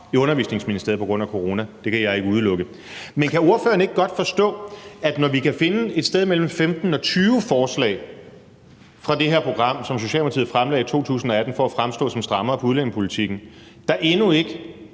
i Undervisningsministeriet på grund af corona – det kan jeg ikke udelukke – men kan ordføreren ikke godt forstå, at man, når man kan finde et sted mellem 15 og 20 forslag fra det her program, som Socialdemokratiet fremlagde i 2018 for at fremstå som strammere inden for udlændingepolitikken, der endnu ikke